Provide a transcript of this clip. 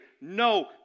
No